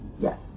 Yes